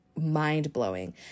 Mind-blowing